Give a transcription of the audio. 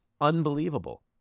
unbelievable